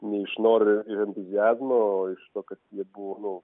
ne iš noro ir entuziazmo o iš to kad jie buvo nu